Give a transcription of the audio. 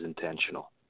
intentional